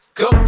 go